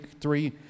three